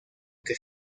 que